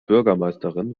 bürgermeisterin